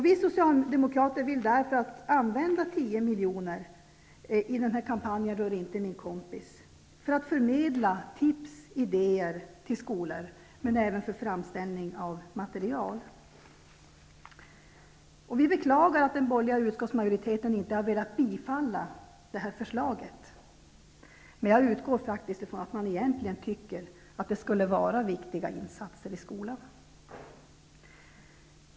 Vi Socialdemokrater vill därför använda tio miljoner i kampanjen Rör inte min kompis för att förmedla tips och idéer till skolorna och för att framställa material. Vi beklagar att den borgerliga utskottsmajoriteten inte har velat bifalla det här förslaget. Men jag utgår faktiskt ifrån att man egentligen tycker att det skall göras viktiga insatser i skolan.